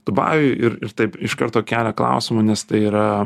dubajuje ir ir taip iš karto kelia klausimų nes tai yra